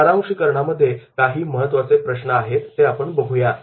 सारांशिकरण मध्ये काही महत्त्वाचे प्रश्न आहेत ते आपण बघू या